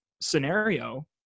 scenario